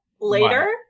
later